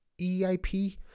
eip